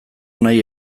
nahi